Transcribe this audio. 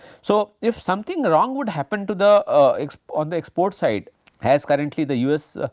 so, if something wrong would happen to the on the export side as currently the us,